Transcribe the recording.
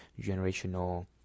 generational